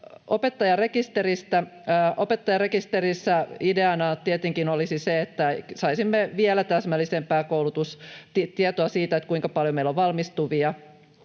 Opettajarekisterissä ideana tietenkin olisi se, että saisimme vielä täsmällisempää tietoa siitä, kuinka paljon meillä on valmistuvia